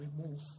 remove